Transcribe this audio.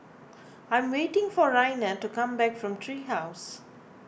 I'm waiting for Raina to come back from Tree House